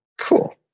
Cool